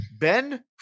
Ben